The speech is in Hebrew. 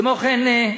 כמו כן,